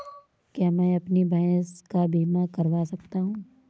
क्या मैं अपनी भैंस का बीमा करवा सकता हूँ?